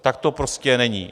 Tak to prostě není.